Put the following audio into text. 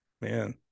man